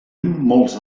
molts